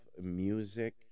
music